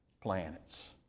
planets